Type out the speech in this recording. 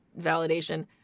validation